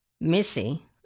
Missy